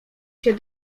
się